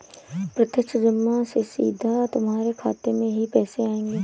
प्रत्यक्ष जमा से सीधा तुम्हारे खाते में ही पैसे आएंगे